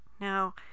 Now